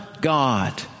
God